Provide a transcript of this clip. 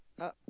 uh